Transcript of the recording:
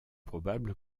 probable